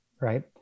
Right